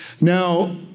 Now